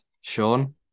Sean